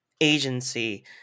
agency